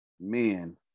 Men